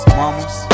mamas